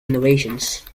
innovations